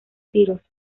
tiros